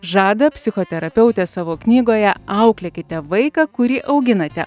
žada psichoterapeutė savo knygoje auklėkite vaiką kurį auginate